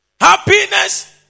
Happiness